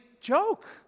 joke